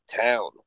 town